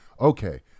okay